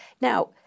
Now